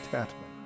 Tatman